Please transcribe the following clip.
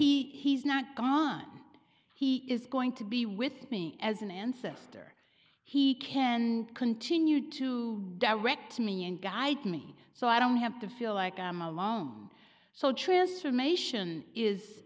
that he's not gone he is going to be with me as an ancestor he can continue to direct me and guide me so i don't have to feel like i'm alone so transformation is